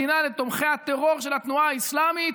שמוכר את המדינה לתומכי הטרור של התנועה האסלאמית,